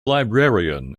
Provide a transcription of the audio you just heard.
librarian